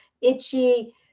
Itchy